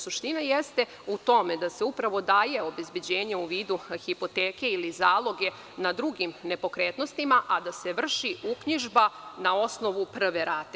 Suština jeste u tome da se upravo daje obezbeđenje u vidu hipoteke ili zaloge na drugim nepokretnostima, a da se vrši uknjižba na osnovu prve rate.